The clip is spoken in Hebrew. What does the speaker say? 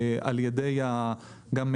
גם על ידי עסקים,